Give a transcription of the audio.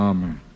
Amen